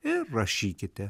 ir rašykite